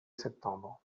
septembre